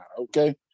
Okay